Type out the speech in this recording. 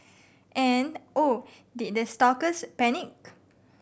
and oh did the stalkers panic